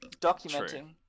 documenting